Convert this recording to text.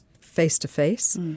face-to-face